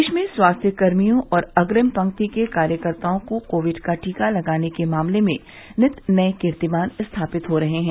देश में स्वास्थ्य कर्मियों और अग्रिम पंक्ति के कार्यकर्ताओं को कोविड का टीका लगाने के मामले में नित नये कीर्तिमान स्थापित हो रहे हैं